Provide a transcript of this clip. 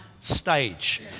stage